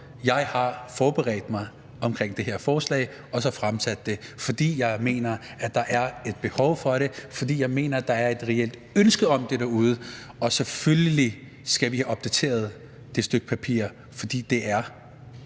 Jeg har forberedt mig i forhold til det her forslag og fremsat det, fordi jeg mener, at der er et behov for det, og fordi jeg mener, at der er et reelt ønske om det derude. Og selvfølgelig skal vi have opdateret det stykke papir, for det er